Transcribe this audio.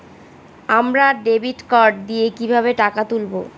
আমরা debit card দিয়ে কিভাবে টাকা তুলবো?